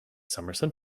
summerson